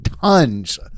tons